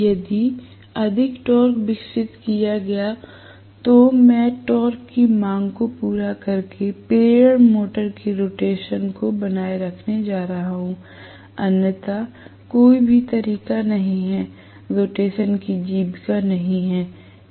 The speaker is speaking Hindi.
अगर अधिक टॉर्क विकसित किया गया है तो मैं टॉर्क की मांग को पूरा करके प्रेरण मोटर के रोटेशन को बनाए रखने जा रहा हूं अन्यथा कोई भी तरीका नहीं है रोटेशन की जीविका नहीं होगी